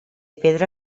pedra